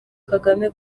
kagame